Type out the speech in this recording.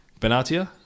Benatia